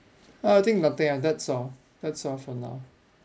uh I think nothing ah that's all that's all for now